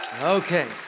Okay